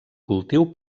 cultiu